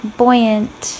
buoyant